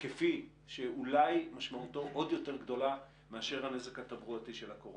היקפי שמשמעותו אולי גדולה יותר מהנזק הבריאותי של הקורונה.